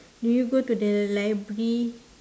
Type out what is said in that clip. do you go to the library